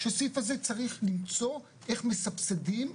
שהסעיף הזה צריך למצוא איך מסבסדים,